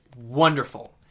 wonderful